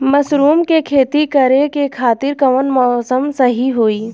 Mushroom के खेती करेके खातिर कवन मौसम सही होई?